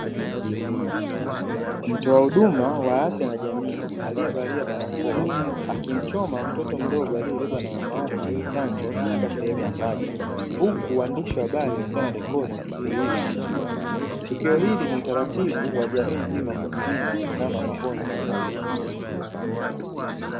Mtoa huduma wa afya na jamii aliyevalia barakoa akimchoma mtoto mdogo aliyebebwa na mama yake chanjo katika sehemu ya paja ,huku waandishi wa habari wakiwa wanarekodi tukio hili muhimu. Tukio hili ni utaratibu wa jamii mzima kujilinda kutokana na magonjwa hatarishi.